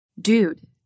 Dude